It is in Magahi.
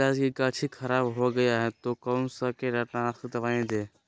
प्याज की गाछी खराब हो गया तो कौन सा कीटनाशक दवाएं दे?